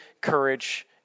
courage